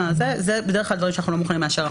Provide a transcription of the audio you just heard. אלה דברים שאנחנו בדרך כלל לא מוכנים לאשר.